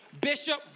Bishop